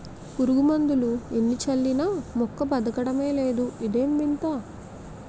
పురుగుమందులు ఎన్ని చల్లినా మొక్క బదకడమే లేదు ఇదేం వింత?